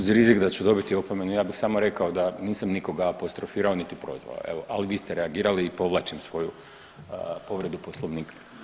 Uz rizik da ću dobiti opomenu ja bih samo rekao da nisam nikoga apostrofirao niti prozvao, ali vi ste reagirali i povlačim svoju povredu Poslovnika.